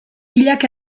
pilak